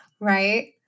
right